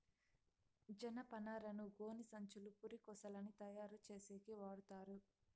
జనపనారను గోనిసంచులు, పురికొసలని తయారు చేసేకి వాడతారు